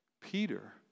Peter